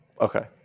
Okay